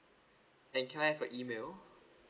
and can I have your email